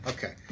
Okay